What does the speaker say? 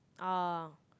ah